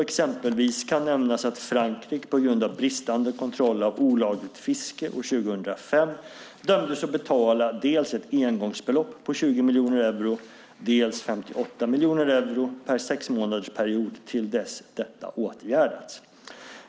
Exempelvis kan nämnas att Frankrike på grund av bristande kontroll av olagligt fiske år 2005 dömdes att betala dels ett engångsbelopp på 20 miljoner euro, dels 58 miljoner euro per sexmånadersperiod till dess att detta åtgärdats.